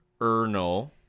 Erno